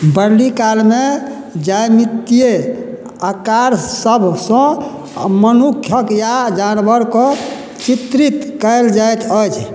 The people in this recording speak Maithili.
वर्ली कालमे ज्यामितीय आकार सभसँ मनुक्खक आओर जानवरके चित्रित कयल जाइत अछि